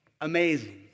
Amazing